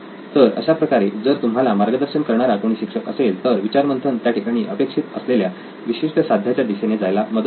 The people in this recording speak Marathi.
तर अशाप्रकारे जर तुम्हाला मार्गदर्शन करणारा कोणी शिक्षक असेल तर विचार मंथन त्याठिकाणी अपेक्षित असलेल्या विशिष्ट साध्याच्या दिशेने जायला मदत होते